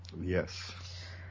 Yes